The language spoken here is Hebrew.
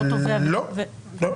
לא, לא.